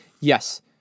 Yes